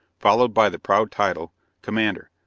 followed by the proud title commander,